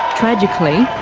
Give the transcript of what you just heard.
tragically,